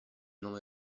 nome